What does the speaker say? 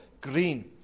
green